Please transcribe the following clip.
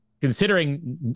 considering